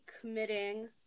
committing